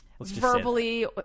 Verbally